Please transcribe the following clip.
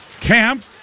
Camp